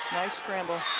nice scramble